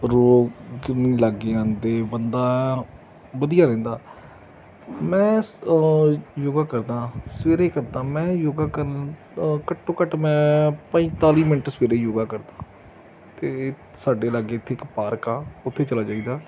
ਰੋਗ ਨਹੀਂ ਲਾਗੇ ਆਉਂਦੇ ਬੰਦਾ ਵਧੀਆ ਰਹਿੰਦਾ ਮੈਂ ਸ ਯੋਗਾ ਕਰਦਾਂ ਹਾਂ ਸਵੇਰੇ ਕਰਦਾਂ ਮੈਂ ਯੋਗਾ ਕਰਨ ਘੱਟੋ ਘੱਟ ਮੈਂ ਪੰਤਾਲੀ ਮਿੰਟ ਸਵੇਰੇ ਯੋਗਾ ਕਰਦਾਂ ਅਤੇ ਸਾਡੇ ਲਾਗੇ ਇੱਥੇ ਇੱਕ ਪਾਰਕ ਹੈ ਉੱਥੇ ਚਲੇ ਜਾਈਦਾ